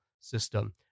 system